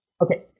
Okay